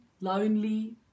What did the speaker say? lonely